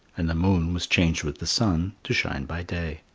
and the moon was changed with the sun to shine by day.